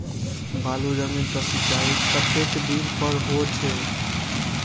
बालू जमीन क सीचाई कतेक दिन पर हो छे?